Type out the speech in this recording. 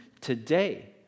today